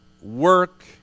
work